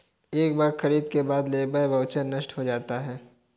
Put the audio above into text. एक बार खरीद के बाद लेबर वाउचर नष्ट हो जाता है